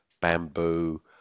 bamboo